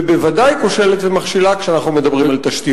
ובוודאי כושלת ומכשילה כשאנחנו מדברים על תשתיות.